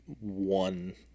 one